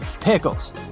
pickles